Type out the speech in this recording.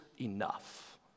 enough